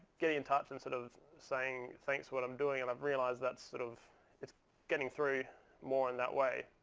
getting in touch and sort of saying, thanks what i'm doing. and i've realized that sort of is getting through more in that way.